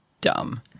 dumb